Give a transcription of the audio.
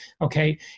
okay